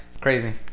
crazy